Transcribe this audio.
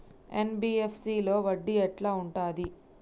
NBFC లో వడ్డీ ఎట్లా ఉంటది?